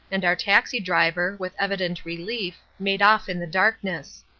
and our taxi-driver, with evident relief, made off in the darkness.